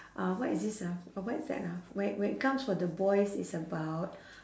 uh what is this ah or what is that ah where where it comes for the boys it's about